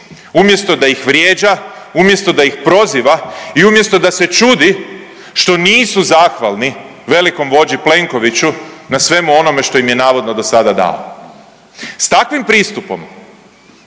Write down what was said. umjesto da ih vrijeđa, umjesto da ih proziva i umjesto da se čudi što nisu zahvalni velikom vođi Plenkoviću na svemu onome što im je navodno do sada dao. S takvim pristupom